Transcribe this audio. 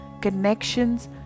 connections